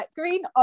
green